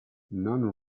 non